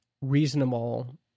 reasonable